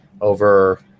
over